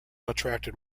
attracted